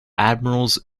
admirals